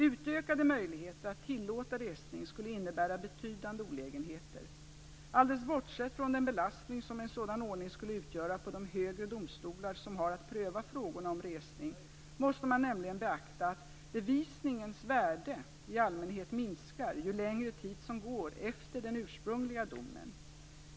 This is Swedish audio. Utökade möjligheter att tillåta resning skulle innebära betydande olägenheter. Alldeles bortsett från den belastning som en sådan ordning skulle utgöra på de högre domstolar som har att pröva frågorna om resning, måste man nämligen beakta att bevisningens värde i allmänhet minskar ju längre tid som går efter den ursprungliga domen.